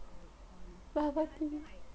bubble tea